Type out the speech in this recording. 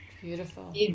Beautiful